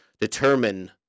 determine